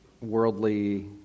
worldly